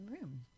room